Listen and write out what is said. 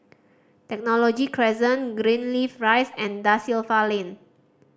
Technology Crescent Greenleaf Rise and Da Silva Lane